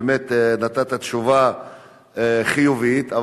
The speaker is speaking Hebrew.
נתת תשובה חיובית,